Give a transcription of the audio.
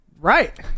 Right